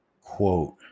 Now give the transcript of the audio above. quote